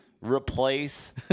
Replace